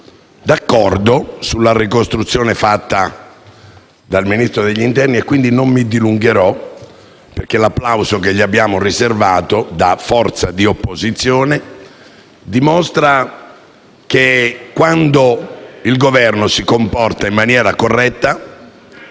d'accordo sulla ricostruzione fatta dal Ministro dell'interno, quindi non mi dilungherò perché l'applauso che gli abbiamo riservato, da forza di opposizione, dimostra che quando il Governo si comporta in maniera corretta